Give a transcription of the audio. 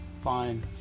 fine